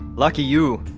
lucky you.